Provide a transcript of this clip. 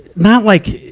not like,